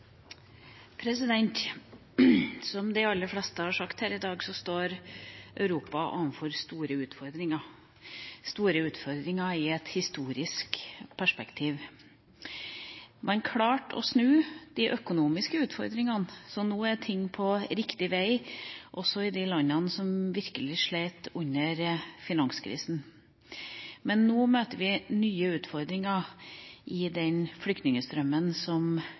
avtale. Som de aller fleste har sagt her i dag, står Europa overfor store utfordringer – store utfordringer i et historisk perspektiv. Man klarte å snu de økonomiske utfordringene, så nå er ting på riktig vei, også i de landene som virkelig sleit under finanskrisen. Men nå møter vi nye utfordringer i flyktningstrømmen som